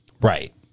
Right